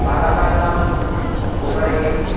बालकानां उपरि